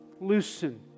loosen